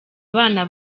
abana